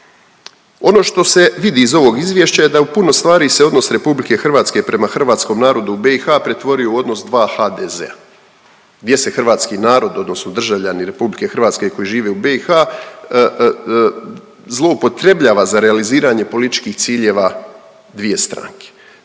Ono što se vidi iz ovog izvješća je da u puno stvari se odnos RH prema hrvatskom narodu u BiH pretvorio u odnos dva HDZ-a gdje se hrvatski narod odnosno državljani RH koji žive u BiH zloupotrebljava za realiziranje političkih ciljeva dvije stranke.